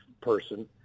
person